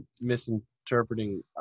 misinterpreting